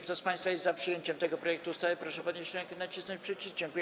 Kto z państwa jest za przyjęciem tego projektu ustawy, proszę podnieść rękę i nacisnąć przycisk.